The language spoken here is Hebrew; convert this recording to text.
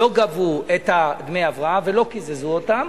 לא גבו את דמי ההבראה ולא קיזזו אותם,